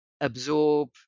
absorb